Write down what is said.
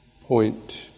point